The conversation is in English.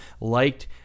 liked